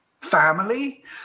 family